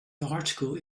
article